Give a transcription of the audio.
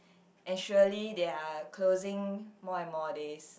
and surely they are closing more and more days